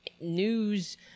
news